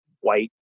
white